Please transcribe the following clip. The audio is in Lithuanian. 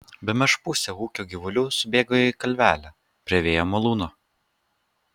bemaž pusė ūkio gyvulių subėgo į kalvelę prie vėjo malūno